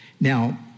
Now